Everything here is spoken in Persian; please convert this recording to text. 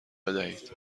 بدهید